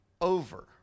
over